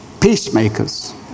peacemakers